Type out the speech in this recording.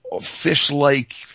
fish-like